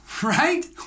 Right